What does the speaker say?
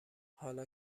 حالا